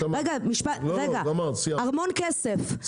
רגע המון כסף,